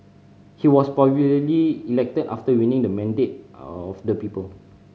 he was popularly elected after winning the mandate of the people